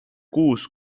kuus